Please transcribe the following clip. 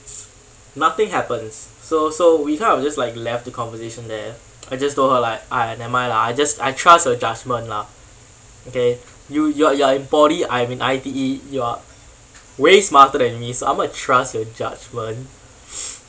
nothing happens so so we kind of just like left the conversation there I just told her like !aiya! never mind lah I just I trust your judgement lah okay you you are you are in poly I'm in I_T_E you are way smarter than me so I'm gon trust your judgment